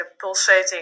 pulsating